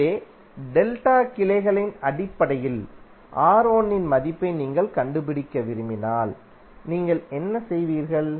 எனவே டெல்டா கிளைகளின் அடிப்படையில் R1 இன் மதிப்பை நீங்கள் கண்டுபிடிக்க விரும்பினால் நீங்கள் என்ன செய்வீர்கள்